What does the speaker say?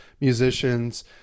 musicians